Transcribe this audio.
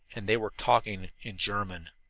and they were talking in german!